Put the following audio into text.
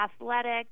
athletic